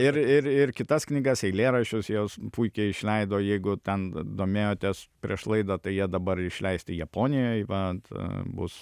ir ir ir kitas knygas eilėraščius jos puikiai išleido jeigu ten domėjotės prieš laidą tai jie dabar išleisti japonijoj vat bus